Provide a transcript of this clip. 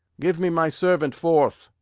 give me my servant forth.